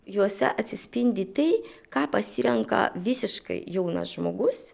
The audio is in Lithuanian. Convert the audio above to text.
juose atsispindi tai ką pasirenka visiškai jaunas žmogus